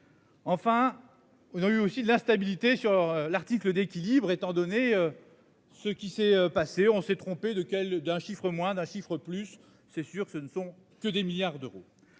Enfin. On a eu aussi de la stabilité sur l'article d'équilibre étant donné. Ce qui s'est passé, on s'est trompé de quelle d'un chiffre moins d'un chiffre plus c'est sûr que ce ne sont que des milliards d'euros.